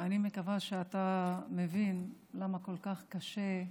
אני מקווה שאתה מבין למה כל כך קשה.